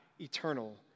eternal